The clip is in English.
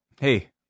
Hey